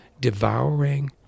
devouring